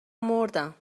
مردم